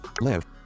live